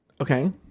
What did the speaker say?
okay